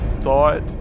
thought